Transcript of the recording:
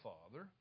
Father